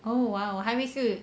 oh !wow! 还以为是